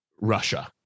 Russia